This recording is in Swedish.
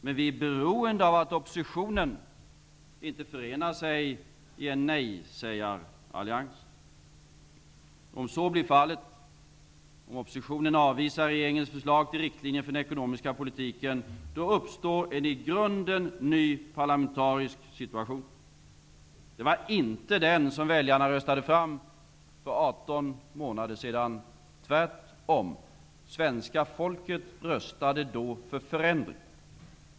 Men regeringen är beroende av att oppositionen inte förenar sig i en allians av nej-sägare. Om så blir fallet, dvs. om oppositionen avvisar regeringens förslag till riktlinjer för den ekonomiska politiken uppstår en i grunden ny parlamentarisk situation. Det var inte den som väljarna röstade fram för 18 månader sedan, tvärtom. Svenska folket röstade då för förändring.